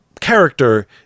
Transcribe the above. character